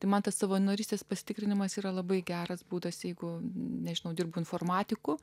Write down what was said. tai man tas savanorystės pasitikrinimas yra labai geras būdas jeigu nežinau dirbu informatikų